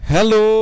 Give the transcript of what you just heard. Hello